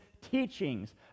teachings